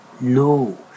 No